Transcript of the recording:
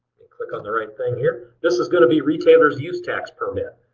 click on the right thing here. this is going to be retailer's use tax permit.